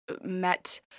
met